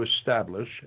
establish